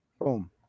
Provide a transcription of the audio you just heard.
Boom